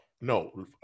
no